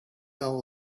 fell